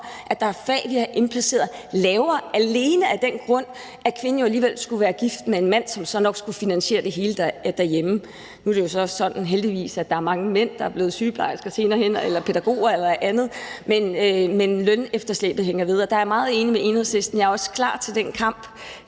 at der er fag, vi har indplaceret lavere, alene af den grund at kvinden jo alligevel skulle være gift med en mand, som nok skulle finansiere det hele derhjemme. Nu er det så heldigvis sådan, at der senere hen er mange mænd, der er blevet sygeplejersker, pædagoger eller andet, men lønefterslæbet hænger ved. Og der er jeg meget enig med Enhedslisten. Jeg er også klar til den kamp,